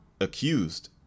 accused